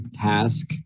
task